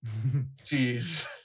Jeez